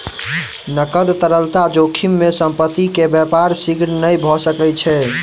नकद तरलता जोखिम में संपत्ति के व्यापार शीघ्र नै भ सकै छै